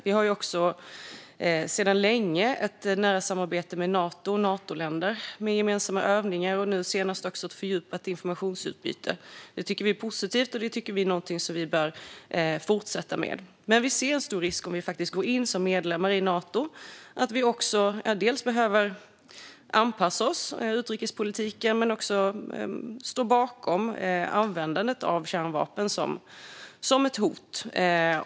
Vi har också sedan länge ett nära samarbete och gemensamma övningar med Nato och Natoländer och nu senast också ett fördjupat informationsutbyte. Det tycker vi är positivt och någonting som vi bör fortsätta med. Men om vi faktiskt går in som medlemmar i Nato ser vi en stor risk att vi också behöver dels anpassa oss i utrikespolitiken, dels stå bakom användandet av kärnvapen som ett hot.